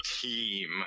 team